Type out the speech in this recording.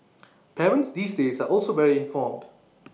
parents these days are also very informed